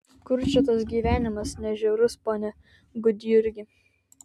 kur čia tas gyvenimas ne žiaurus pone gudjurgi